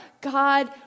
God